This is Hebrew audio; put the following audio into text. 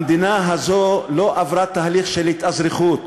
המדינה הזאת לא עברה תהליך של התאזרחות.